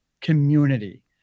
community